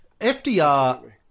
FDR